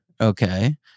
Okay